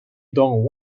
dong